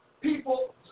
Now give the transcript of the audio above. people